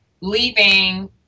leaving